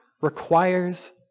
requires